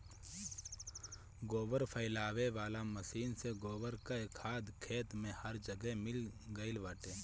गोबर फइलावे वाला मशीन से गोबर कअ खाद खेत में हर जगह मिल गइल बाटे